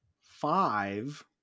five